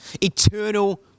eternal